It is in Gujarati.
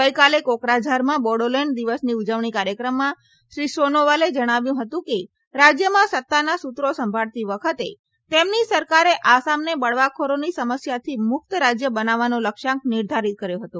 ગઇકાલે કોક્રાઝારમાં બોડોલેન્ડ દિવસની ઉજવણી કાર્યક્રમમાં શ્રી સોનોવાલે જણાવ્યું હતું કે રાજ્યમાં સત્તાના સૂત્રો સંભાળતી વખતે તેમની સરકારે આસામને બળવાખોરોની સમસ્યાથી મુક્ત રાજ્ય બનાવવાનો લક્ષ્યાંક નિર્ધારીત કર્યો હતો